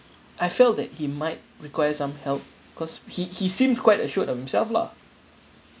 I felt that he might require some help cause he he seemed quite assured of himself lah